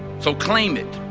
so claim it